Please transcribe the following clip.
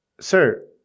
Sir